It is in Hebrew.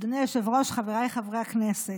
אדוני היושב-ראש, חבריי חברי הכנסת,